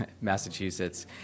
massachusetts